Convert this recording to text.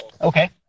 okay